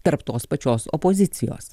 tarp tos pačios opozicijos